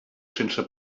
sense